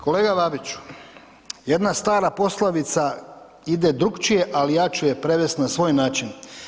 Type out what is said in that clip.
Kolega Babiću, jedna stara poslovica ide drukčije ali ja ću je prevesti na svoj način.